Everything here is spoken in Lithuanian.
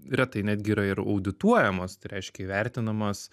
retai netgi yra ir audituojamos tai reiškia įvertinamas